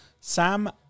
Sam